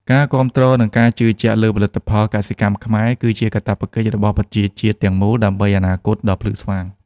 ការគាំទ្រ និងការជឿជាក់លើផលិតផលកសិកម្មខ្មែរ គឺជាកាតព្វកិច្ចរបស់ប្រជាជាតិទាំងមូល ដើម្បីអនាគតដ៏ភ្លឺស្វាង។